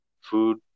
food